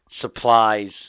supplies